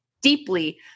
deeply